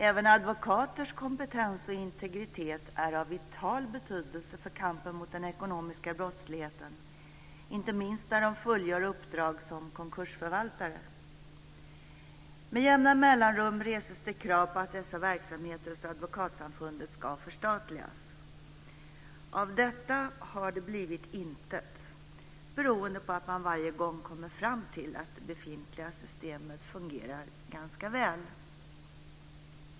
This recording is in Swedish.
Även advokaters kompetens och integritet är av vital betydelse för kampen mot den ekonomiska brottsligheten, inte minst när de fullgör uppdrag som konkursförvaltare. Med jämna mellanrum reses det krav på att dessa verksamheter hos Advokatsamfundet ska förstatligas. Av detta har det blivit intet, beroende på att man varje gång kommer fram till att det befintliga systemet fungerar ganska väl.